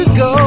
go